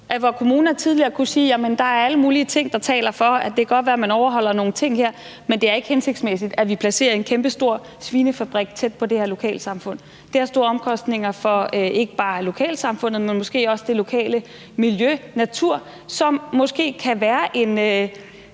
hvor kommuner tidligere kunne sige, at det godt kan være, at man overholder nogle ting her, men at der er alle mulige ting, der taler for, at det ikke er hensigtsmæssigt, at vi placerer en kæmpestor svinefabrik tæt på det her lokalsamfund. Det har store omkostninger for ikke bare lokalsamfundet, men måske også for det lokale miljø og naturen, som måske kan være en